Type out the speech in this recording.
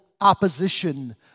opposition